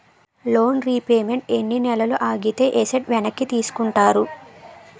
Loan repayment ఎన్ని నెలలు ఆగితే ఎసట్ వెనక్కి తీసుకుంటారు?